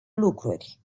lucruri